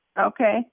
Okay